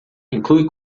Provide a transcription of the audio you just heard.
inclui